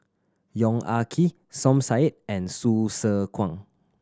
Yong Ah Kee Som Said and Hsu Tse Kwang